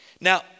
now